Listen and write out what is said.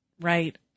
Right